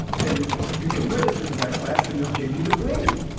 then you can register for that class and they'll give you the grade.